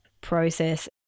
process